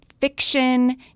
fiction